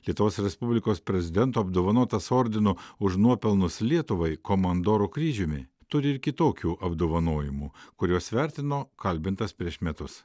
lietuvos respublikos prezidento apdovanotas ordinu už nuopelnus lietuvai komandoro kryžiumi turi ir kitokių apdovanojimų kuriuos vertino kalbintas prieš metus